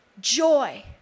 joy